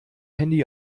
handy